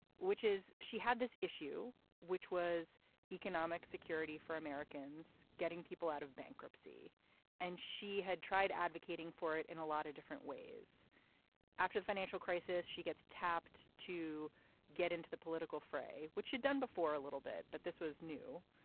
which is she had this issue which was economic security for americans getting people out of bankruptcy and she had tried advocating for it in a lot of different ways after the financial crisis. she gets tapped to get into the political fray which she'd done before a little bit but this was new.